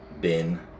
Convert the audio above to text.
bin